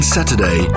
Saturday